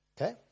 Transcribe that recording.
Okay